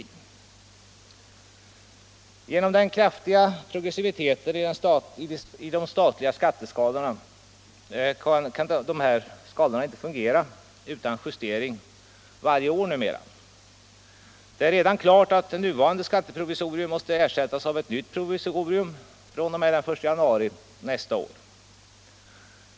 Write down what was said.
På grund av den kraftiga progressiviteten i de statliga skatteskalorna kan dessa inte fungera utan justering varje år numera. Det är redan klart att nuvarande skatteprovisorium måste ersättas av ett nytt provisorium den 1 januari 1977.